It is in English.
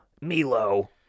Milo